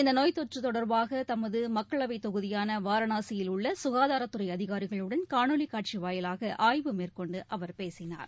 இந்த நோய் தொற்று தொடர்பாக தமது மக்களவைத் தொகுதியான வாரணாசியில் உள்ள சுகாதாரத்துறை அதிகாரிகளுடன் காணொலி காட்சி வாயிலாக ஆய்வு மேற்கொண்டு அவர் பேசினார்